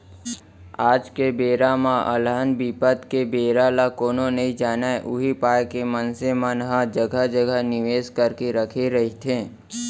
आज के बेरा म अलहन बिपत के बेरा ल कोनो नइ जानय उही पाय के मनसे मन ह जघा जघा निवेस करके रखे रहिथे